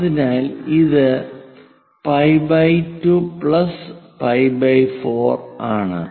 അതിനാൽ ഇത് π2 π4 ആണ്